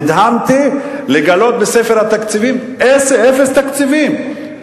נדהמתי לגלות בספר התקציבים, אפס תקציבים.